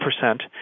percent